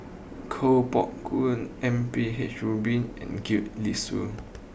Koh Poh Koon M P H Rubin and Gwee Li Sui